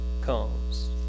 comes